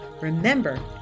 Remember